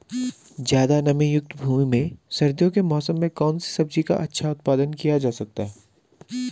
ज़्यादा नमीयुक्त भूमि में सर्दियों के मौसम में कौन सी सब्जी का अच्छा उत्पादन किया जा सकता है?